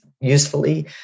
usefully